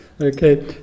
Okay